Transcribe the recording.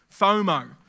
FOMO